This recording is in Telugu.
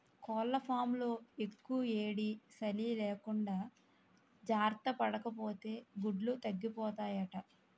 కోళ్లఫాంలో యెక్కుయేడీ, సలీ లేకుండా జార్తపడాపోతే గుడ్లు తగ్గిపోతాయట